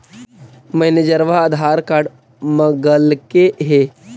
मैनेजरवा आधार कार्ड मगलके हे?